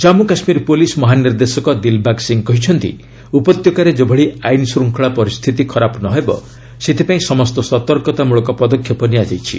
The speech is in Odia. ଜାନ୍ମୁ କାଶ୍ମୀର ପୁଲିସ୍ ମହାନିର୍ଦ୍ଦେଶକ ଦିଲ୍ବାଗ୍ ସିଂ କହିଛନ୍ତି ଉପତ୍ୟକାରେ ଯେଭଳି ଆଇନଶୃଙ୍ଖଳା ପରିସ୍ଥିତି ଖରାପ ନ ହେବ ସେଥିପାଇଁ ସମସ୍ତ ସତର୍କତାମୂଳକ ପଦକ୍ଷେପ ନିଆଯାଇଛି